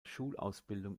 schulausbildung